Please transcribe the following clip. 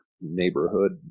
neighborhood